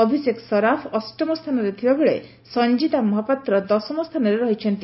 ଅଭିଷେକ ସରାଫ ଅଷ୍ଟମ ସ୍ଥାନରେ ଥିବାବେଳେ ସଞ୍ଞିତା ମହାପାତ୍ର ଦଶମ ସ୍ସାନରେ ରହିଛନ୍ତି